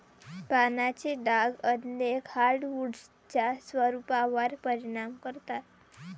पानांचे डाग अनेक हार्डवुड्सच्या स्वरूपावर परिणाम करतात